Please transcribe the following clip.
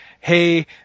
hey